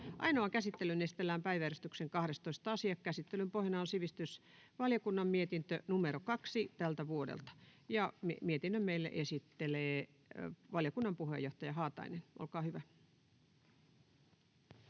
Ainoaan käsittelyyn esitellään päiväjärjestyksen 12. asia. Käsittelyn pohjana on sivistysvaliokunnan mietintö SiVM 2/2024 vp. — Mietinnön meille esittelee valiokunnan puheenjohtaja Haatainen. Olkaa hyvä.